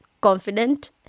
confident